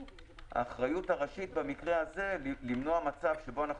האחריות הראשית במקרה הזה למנוע מצב שבו אנחנו